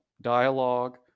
dialogue